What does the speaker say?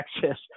Texas